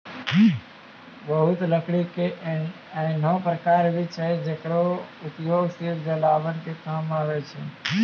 बहुत लकड़ी के ऐन्हों प्रकार भी छै जेकरो उपयोग सिर्फ जलावन के काम मॅ आवै छै